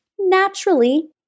naturally